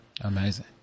Amazing